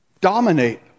dominate